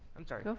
i'm sorry. ah